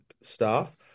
staff